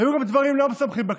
היו גם דברים לא משמחים בכנסת,